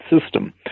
system